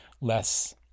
less